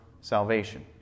salvation